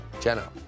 Jenna